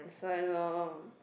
that why loh